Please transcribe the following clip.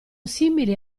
simili